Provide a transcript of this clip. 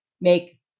make